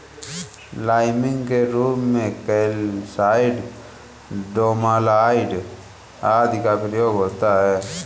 liming के रूप में कैल्साइट, डोमालाइट आदि का प्रयोग होता है